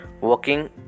walking